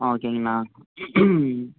ஆ ஓகேங்க அண்ணா